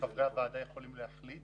חברי הוועדה יכולים להחליט?